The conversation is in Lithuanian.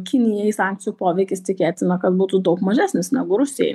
kinijai sankcijų poveikis tikėtina kad būtų daug mažesnis negu rusijai